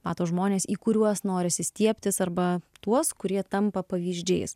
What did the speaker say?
mato žmones į kuriuos norisi stiebtis arba tuos kurie tampa pavyzdžiais